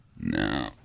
No